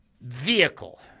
vehicle